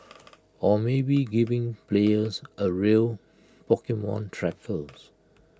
or maybe giving players A real Pokemon trackers